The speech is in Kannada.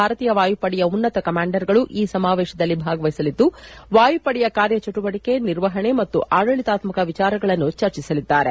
ಭಾರತೀಯ ವಾಯುಪಡೆಯ ಉನ್ನತ ಕಮಾಂಡರ್ಗಳು ಈ ಸಮಾವೇಶದಲ್ಲಿ ಭಾಗವಹಿಸಲಿದ್ದು ವಾಯುಪಡೆಯ ಕಾರ್ಯ ಚಟುವಟಿಕೆ ನಿರ್ವಹಣೆ ಮತ್ತು ಆಡಳಿತಾತ್ಸಕ ವಿಚಾರಗಳನ್ನು ಚರ್ಚಿಸಲಿದ್ದಾರೆ